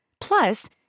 Plus